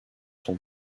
sont